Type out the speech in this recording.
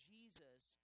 Jesus